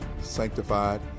sanctified